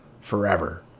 forever